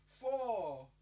four